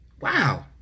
Wow